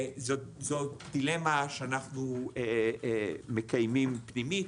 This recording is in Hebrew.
זאת דילמה שאנחנו מקיימים פנימית.